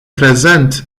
prezent